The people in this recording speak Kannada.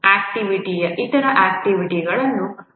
ಆಕ್ಟಿವಿಟಿಯು ಇತರ ಆಕ್ಟಿವಿಟಿಗಳನ್ನು ಅವಲಂಬಿಸಿರಬಹುದು